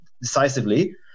decisively